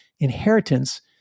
inheritance